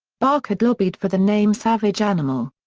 bach had lobbied for the name savage animal.